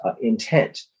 intent